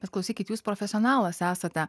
bet klausykit jūs profesionalas esate